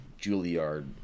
juilliard